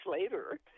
later